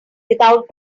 without